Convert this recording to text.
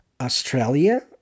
Australia